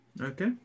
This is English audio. Okay